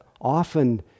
often